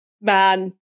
man